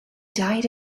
died